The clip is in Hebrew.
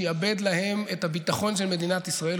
שיעבד להם את הביטחון של מדינת ישראל.